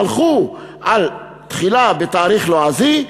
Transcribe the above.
הלכו על התחלה בתאריך לועזי,